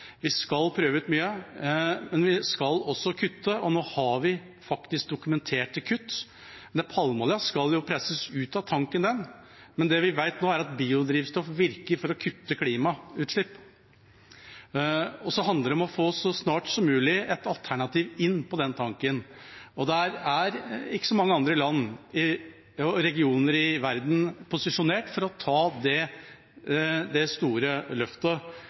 Vi skal prøve ut mye, men vi skal også kutte, og nå har vi faktisk dokumenterte kutt. Palmeoljen skal presses ut av tanken, men det vi vet nå, er at biodrivstoff virker når det gjelder å kutte klimagassutslipp, og det handler om så snart som mulig å få et alternativ inn på den tanken. Det er ikke så mange andre land og regioner i verden som er posisjonert for å ta det store løftet.